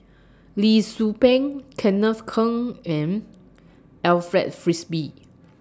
Lee Tzu Pheng Kenneth Keng and Alfred Frisby